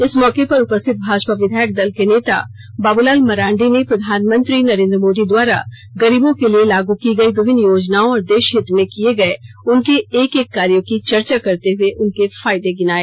इस मौके पर उपस्थित भाजपा विधायक दल के नेता बाबूलाल मरांडी ने प्रधानमंत्री नरेंद्र मोदी द्वारा गरीबों के लिए लागू की गई विभिन्न योजनाओं और देशहित में किये गए उनके एक एक कार्यो की चर्चा करते हुए उनके फायदे गिनाए